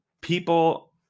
People